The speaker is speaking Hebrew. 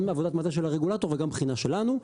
בעבודת מטה של הרגולטור וגם בחינה שלנו.